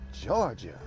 Georgia